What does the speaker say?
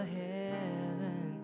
heaven